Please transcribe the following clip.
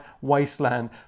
wasteland